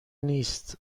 نیست